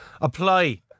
Apply